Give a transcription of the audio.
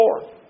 four